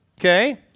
Okay